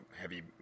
heavy